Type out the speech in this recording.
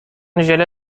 ژله